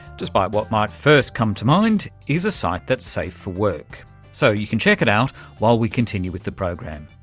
despite what might first come to mind, is a site that's safe for work so you can check it out while we continue with the program.